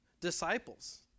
disciples